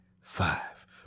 five